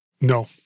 No